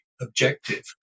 objective